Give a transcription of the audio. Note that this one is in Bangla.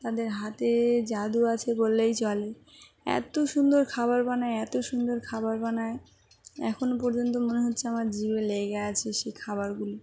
তাদের হাতে জাদু আছে বললেই চলে এত সুন্দর খাবার বানায় এত সুন্দর খাবার বানায় এখনও পর্যন্ত মনে হচ্ছে আমার জিভে লেগে আছে সেই খাবারগুলি